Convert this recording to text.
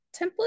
template